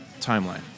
timeline